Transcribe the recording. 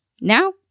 now